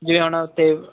ਜਿਵੇਂ ਹੁਣ ਉੱਥੇ